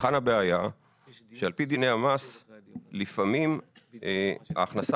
הבעיה היא שעל פי דיני המס לפעמים ההכנסה